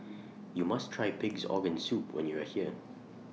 YOU must Try Pig'S Organ Soup when YOU Are here